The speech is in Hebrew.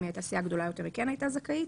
אם היא הייתה סיעה גדולה יותר היא כן הייתה זכאית.